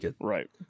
Right